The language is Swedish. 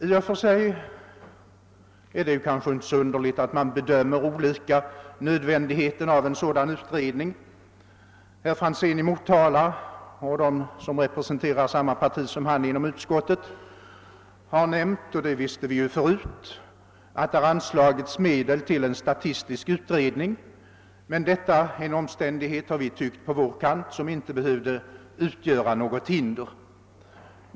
I och för sig är det kanske inte så underligt att man bedömer nödvändigheten av en sådan utredning olika. Herr Franzén i Motala och de som representerar samma parti som han inom utskottet har nämnt — och det visste vi ju förut — att det anslagits medel till en statistisk utredning, men detta är en omständighet som enligt vår mening inte behöver utgöra något hinder att genomföra vårt förslag.